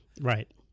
right